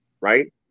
Right